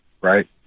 right